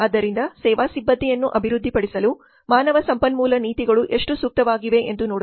ಆದ್ದರಿಂದ ಸೇವಾ ಸಿಬ್ಬಂದಿಯನ್ನು ಅಭಿವೃದ್ಧಿಪಡಿಸಲು ಮಾನವ ಸಂಪನ್ಮೂಲ ನೀತಿಗಳು ಎಷ್ಟು ಸೂಕ್ತವಾಗಿವೆ ಎಂದು ನೋಡೋಣ